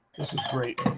this is great.